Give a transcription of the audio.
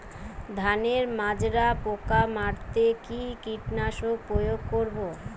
ধানের মাজরা পোকা মারতে কি কীটনাশক প্রয়োগ করব?